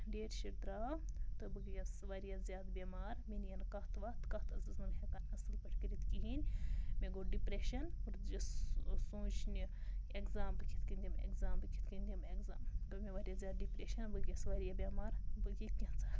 date sheet درٛاو تہٕ بہٕ گٔیَس واریاہ زیادٕ بٮ۪مار مےٚ نِیَن کَتھ وَتھ کَتھ ٲسٕس نہٕ بہٕ ہٮ۪کان اَصٕل پٲٹھۍ کٔرِتھ کِہیٖنۍ مےٚ گوٚو ڈِپرٛٮ۪شَن بہٕ لٔجِس سونٛچنہِ اٮ۪کزام بہٕ کِتھ کَنۍ دِمہِ اٮ۪کزام بہٕ کِتھ کَنۍ دِمہٕ اٮ۪کزام گوٚو مےٚ واریاہ زیادٕ ڈِپرٛٮ۪شَن بہٕ گٔیَس واریاہ بٮ۪مار بہٕ یہِ کینٛژاہ